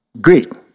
Great